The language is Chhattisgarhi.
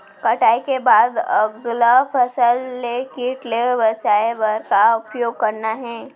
कटाई के बाद अगला फसल ले किट ले बचाए बर का उपाय करना हे?